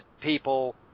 people